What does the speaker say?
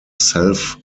self